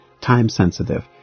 time-sensitive